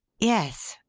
yes,